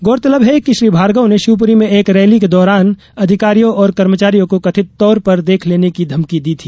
गौरतलब है कि श्री भार्गव ने शिवपूरी में एक रैली के दौरान अधिकारियों और कर्मचारियों को कथित तौर पर देख लेने की धमकी दी थी